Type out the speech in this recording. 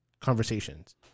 Conversations